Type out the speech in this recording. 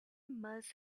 must